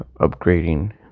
upgrading